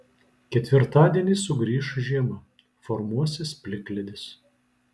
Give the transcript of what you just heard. ketvirtadienį sugrįš žiema formuosis plikledis